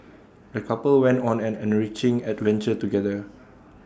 the couple went on an enriching adventure together